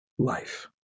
Life